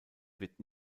wird